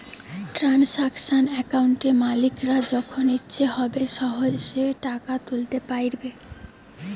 transaction অ্যাকাউন্টে মালিকরা যখন ইচ্ছে হবে সহেজে টাকা তুলতে পাইরবে